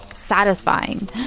satisfying